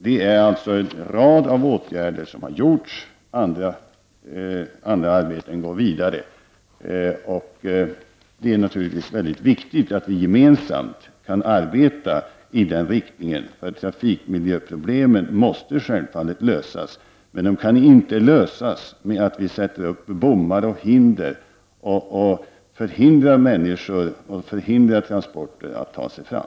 Det är en rad av åtgärder som har genomförts, andra arbeten går vidare. Det är naturligtvis mycket viktigt att vi gemensamt kan arbeta i den riktningen. Trafikmiljöproblemen måste självfallet lösas. De kan dock inte lösas genom att vi sätter upp bommar och hinder, så att vi förhindrar människor och transporter att ta sig fram.